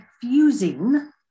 fusing